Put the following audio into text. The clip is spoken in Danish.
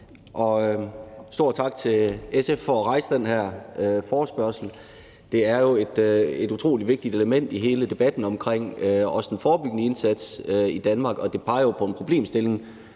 stor tak til SF for at rejse den her diskussion. Det er et utrolig vigtigt element i hele debatten om den forebyggende indsats i Danmark, og det peger jo på en problemstilling,